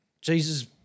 Jesus